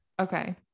okay